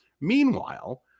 Meanwhile